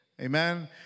Amen